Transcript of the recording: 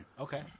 Okay